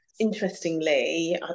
Interestingly